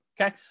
okay